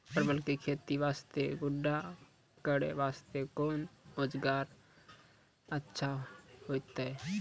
परवल के खेती वास्ते गड्ढा करे वास्ते कोंन औजार अच्छा होइतै?